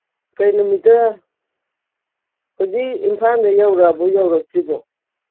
ꯀꯩ ꯅꯨꯃꯤꯠꯇ ꯍꯧꯖꯤꯛ ꯏꯝꯐꯥꯜꯗ ꯌꯧꯔꯛꯑꯕꯣ ꯌꯧꯔꯛꯇ꯭ꯔꯤꯕꯣ